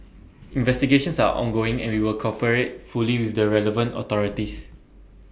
investigations are ongoing and we will cooperate fully with the relevant authorities